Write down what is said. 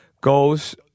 goes